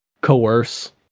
coerce